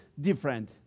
different